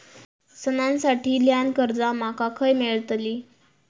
सणांसाठी ल्हान कर्जा माका खय मेळतली?